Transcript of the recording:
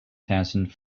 thousand